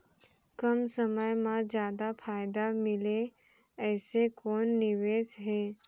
कम समय मा जादा फायदा मिलए ऐसे कोन निवेश हे?